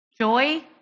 joy